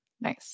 Nice